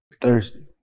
Thirsty